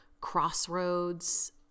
crossroads